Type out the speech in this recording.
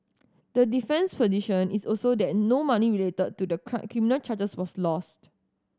the defense position is also that no money related to the charges was lost